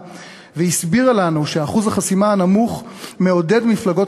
והסבירה לנו ש"אחוז החסימה הנמוך מעודד מפלגות